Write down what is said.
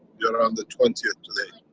you're around the twentieth today.